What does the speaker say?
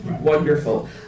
wonderful